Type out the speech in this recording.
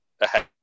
ahead